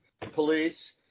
police